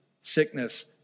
sickness